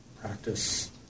practice